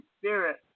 Spirit